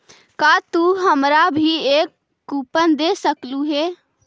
का तू हमारा भी एक कूपन दे सकलू हे